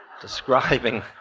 describing